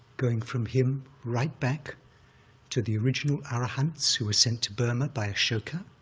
going from him right back to the original arahants, who were sent to burma by ashoka,